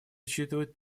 учитывать